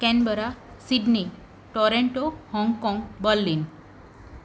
Canberra Sydney Toronto Hong Kong Berlin